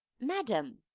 madam,